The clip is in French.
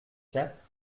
quatre